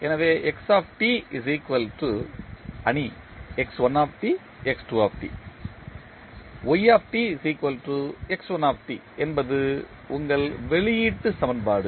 எனவே என்பது உங்கள் வெளியீட்டு சமன்பாடு